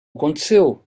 aconteceu